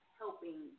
helping